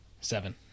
Seven